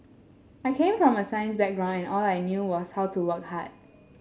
I came from a science background and all I knew was how to work hard